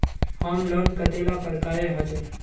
Home loan कतेला प्रकारेर होचे?